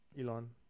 Elon